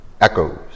echoes